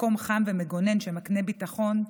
מקום חם ומגונן שמקנה ביטחון,